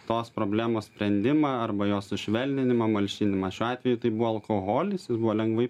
tos problemos sprendimą arba jos sušvelninimą malšinimą šiuo atveju tai buvo alkoholis jis buvo lengvai